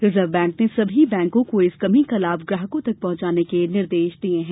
reserve bank ने सभी बैंकों को इस कमी का लाभ ग्राहकों तक पहुंचाने के निर्देश दिये हैं